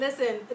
listen